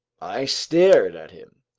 i stared at him.